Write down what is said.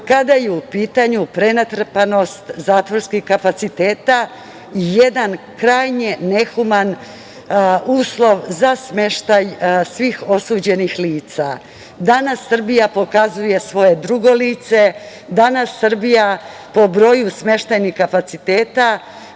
kada je u pitanju prenatrpanost zatvorskih kapaciteta i jedan krajnje nehuman uslov za smeštaj svih osuđenih lica. Danas Srbija pokazuje svoje drugo lice. Danas Srbija po broju smeštajnih kapaciteta